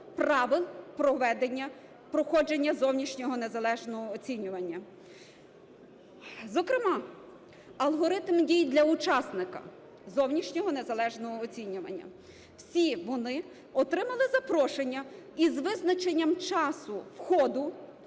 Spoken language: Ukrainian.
правил проведення, проходження зовнішнього незалежного оцінювання. Зокрема, алгоритм дій для учасника зовнішнього незалежного оцінювання. Всі вони отримали запрошення із визначенням часу входу,